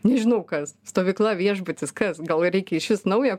nežinau kas stovykla viešbutis kas gal reikia išvis naują